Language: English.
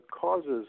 causes